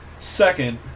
Second